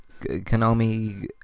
Konami